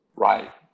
Right